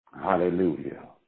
Hallelujah